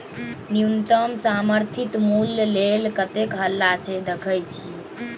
न्युनतम समर्थित मुल्य लेल कतेक हल्ला छै देखय छी